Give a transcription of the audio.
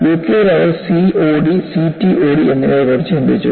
യുകെയിൽ അവർ COD CTOD എന്നിവയെക്കുറിച്ച് ചിന്തിച്ചു